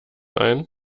ein